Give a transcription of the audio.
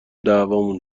دعوامون